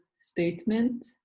statement